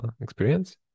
experience